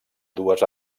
dues